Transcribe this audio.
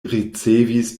ricevis